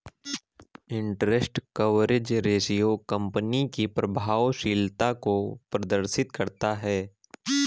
interest coverage ratio company की प्रभावशीलता को प्रदर्शित करता है